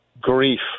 grief